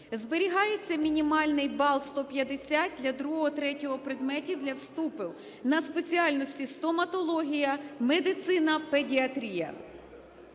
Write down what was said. Зберігається мінімальний бал 150 для другого, третього предметів для вступів на спеціальності: "Стоматологія", "Медицина", "Педіатрія".